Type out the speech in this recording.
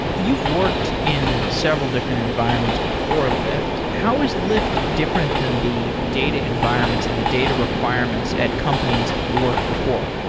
you've worked in several different environments before lyft. how is lyft different than the data environments and the data requirements at companies that you worked before?